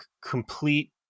complete